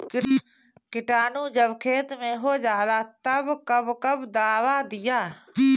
किटानु जब खेत मे होजाला तब कब कब दावा दिया?